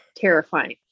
terrifying